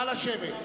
נא לשבת.